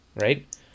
right